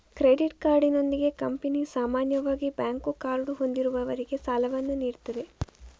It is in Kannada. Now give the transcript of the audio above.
ಕ್ರೆಡಿಟ್ ಕಾರ್ಡಿನೊಂದಿಗೆ ಕಂಪನಿ ಸಾಮಾನ್ಯವಾಗಿ ಬ್ಯಾಂಕ್ ಕಾರ್ಡು ಹೊಂದಿರುವವರಿಗೆ ಸಾಲವನ್ನು ನೀಡುತ್ತದೆ